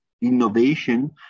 innovation